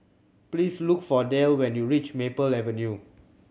please look for Delle when you reach Maple Avenue